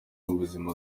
w’ubuzima